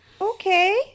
Okay